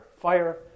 fire